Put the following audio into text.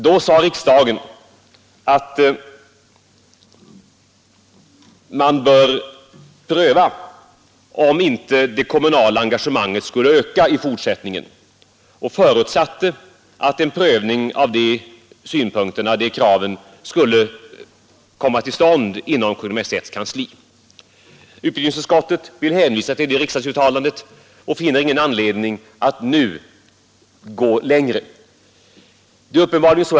Då sade riksdagen att man bör pröva, om inte det kommunala engagemanget borde öka i fortsättningen och förutsatte att en prövning av dessa krav skulle komma till stånd inom Kungl. Maj:ts kansli. Utbildningsutskottet vill hänvisa till detta riksdagsuttalande och finner ingen anledning att nu gå längre.